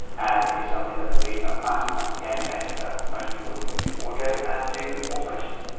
and it's something that will be a massive massive game changer for most people who do audio and do automations.